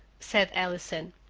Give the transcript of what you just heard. said allison,